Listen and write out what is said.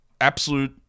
absolute